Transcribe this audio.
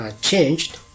changed